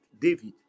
David